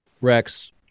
Rex